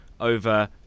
over